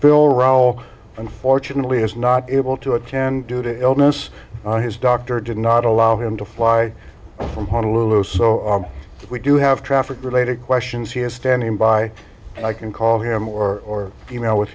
bill raul unfortunately is not able to attend due to illness his doctor did not allow him to fly from honolulu so we do have traffic related questions he is standing by i can call him or female with